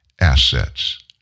assets